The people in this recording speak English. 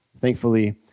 Thankfully